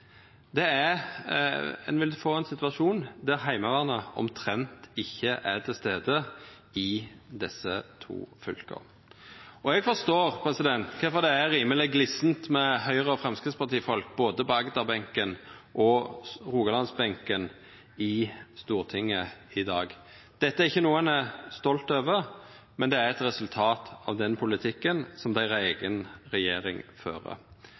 i Agder-fylka. Ein vil få ein situasjon der Heimevernet omtrent ikkje er til stades i desse to fylka. Eg forstår kvifor det er rimeleg glissent med Høgre- og Framstegsparti-folk både på Agder-benken og Rogaland-benken i Stortinget i dag. Dette er ikkje noko ein er stolt over, men det er eit resultat av den politikken som deira eiga regjering fører.